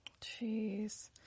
jeez